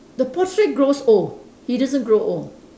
the portrait grows old he doesn't grow old